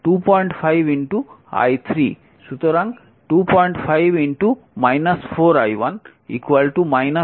আবার v1 25 i3 25 10 20 200 volt